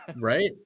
Right